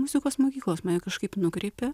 muzikos mokyklos mane kažkaip nukreipė